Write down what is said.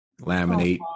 laminate